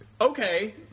okay